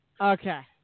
Okay